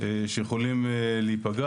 שיכולים להיפגע.